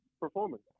performance